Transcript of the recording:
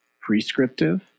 prescriptive